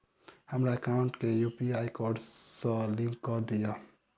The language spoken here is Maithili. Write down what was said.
हमरा एकाउंट केँ यु.पी.आई कोड सअ लिंक कऽ दिऽ?